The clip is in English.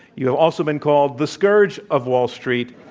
you have also been called the scourge of wall street.